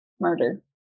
murder